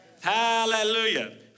Hallelujah